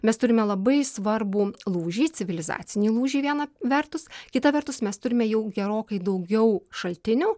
mes turime labai svarbų lūžį civilizacinį lūžį vieną vertus kita vertus mes turime jau gerokai daugiau šaltinių